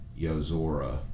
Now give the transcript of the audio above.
Yozora